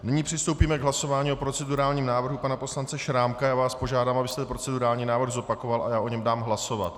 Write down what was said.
Nyní přistoupíme k hlasování o procedurálním návrhu pana poslance Šrámka a já vás požádám, abyste procedurální návrh zopakoval, a já o něm dám hlasovat.